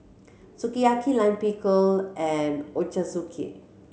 Sukiyaki Lime Pickle and Ochazuke